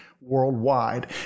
worldwide